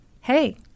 Hey